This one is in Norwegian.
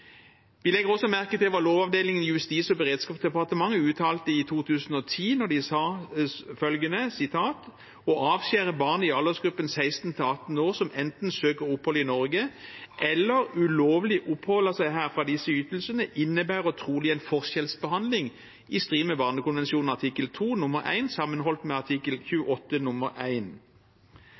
Vi legger også merke til hva Lovavdelingen i Justis- og beredskapsdepartementet uttalte i 2010, da de sa følgende: «Å avskjære barn i aldersgruppen 16–18 år som enten søker opphold i Norge eller ulovlig oppholder seg her fra disse ytelsene, innebærer trolig en forskjellsbehandling i strid med BK artikkel 2 nr. 1 sammenholdt med artikkel 28